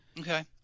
Okay